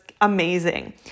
amazing